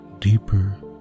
deeper